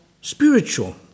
spiritual